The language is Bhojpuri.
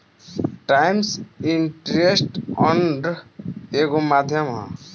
टाइम्स इंटरेस्ट अर्न्ड एगो माध्यम ह